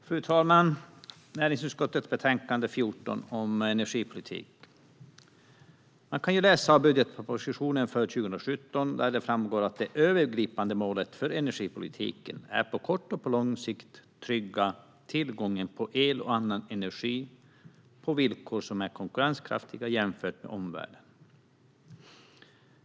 Fru talman! Vi debatterar näringsutskottets betänkande 14 om energipolitik. Man kan läsa budgetpropositionen för 2017. Där framgår att det övergripande målet för energipolitiken är att på kort och på lång sikt trygga tillgången på el och annan energi på villkor som är konkurrenskraftiga jämfört med omvärlden.